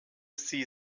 sie